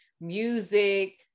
music